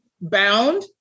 bound